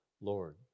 Lord